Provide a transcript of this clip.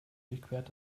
durchquert